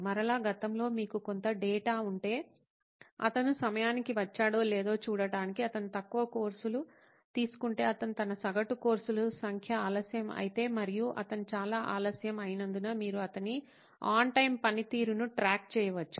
మరలా గతంలో మీకు కొంత డేటా ఉంటే అతను సమయానికి వచ్చాడో లేదో చూడటానికి అతను తక్కువ కోర్సులు తీసుకుంటే అతను తన సగటు కోర్సుల సంఖ్య ఆలస్యం అయితే మరియు అతను చాలా ఆలస్యం అయినందున మీరు అతని ఆన్ టైమ్ పనితీరును ట్రాక్ చేయవచ్చు